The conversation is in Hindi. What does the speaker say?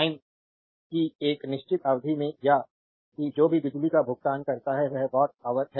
टाइम की एक निश्चित अवधि में या कि जो भी बिजली बिल का भुगतान करता है वह वाट ऑवर है